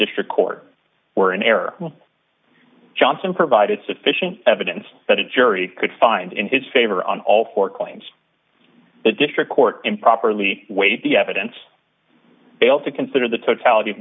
district court were in error johnson provided sufficient evidence that a jury could find in his favor on all four claims the district court improperly weighed the evidence failed to consider the totality of